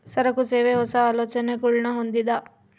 ಸರಕು, ಸೇವೆ, ಹೊಸ, ಆಲೋಚನೆಗುಳ್ನ ಹೊಂದಿದ